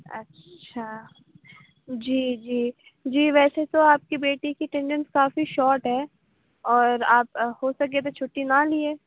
اچھا جی جی جی ویسے تو آپ کے بیٹے کی اٹنڈنس کافی شاٹ ہے اور آپ ہو سکے تو چُھٹی نا لیے